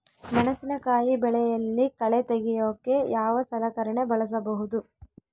ಮೆಣಸಿನಕಾಯಿ ಬೆಳೆಯಲ್ಲಿ ಕಳೆ ತೆಗಿಯೋಕೆ ಯಾವ ಸಲಕರಣೆ ಬಳಸಬಹುದು?